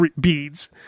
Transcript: beads